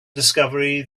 discovery